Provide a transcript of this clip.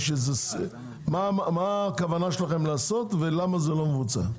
מה הכוונה שלכם לעשות ולמה זה לא מבוצע.